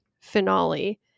finale